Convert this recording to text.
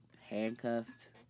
handcuffed